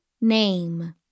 name